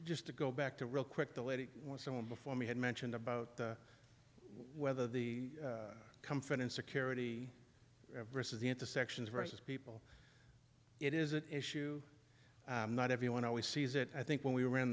just to go back to real quick the lady or someone before me had mentioned about whether the comfort and security versus the intersections versus people it is an issue not everyone always sees it i think when we were in